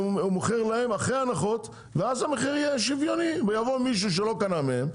מוכר להם אחרי הנחות ואז המחיר יהיה שוויוני ויבוא מישהו שלא קנה מהם,